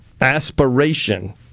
Aspiration